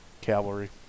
Cavalry